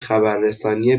خبررسانی